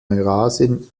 eurasien